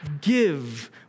give